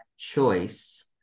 choice